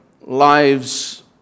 lives